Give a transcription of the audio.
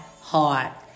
heart